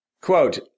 Quote